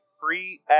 free